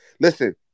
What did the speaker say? Listen